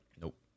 Nope